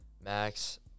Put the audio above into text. Max